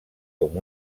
com